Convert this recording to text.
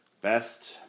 Best